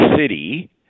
city